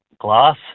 glass